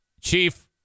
chief